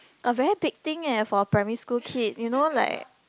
a very big thing eh for a primary school kid you know like